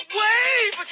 wave